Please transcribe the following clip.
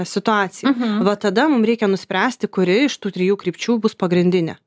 situacija va tada mum reikia nuspręsti kuri iš tų trijų krypčių bus pagrindinė